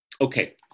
okay